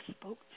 spoke